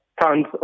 tons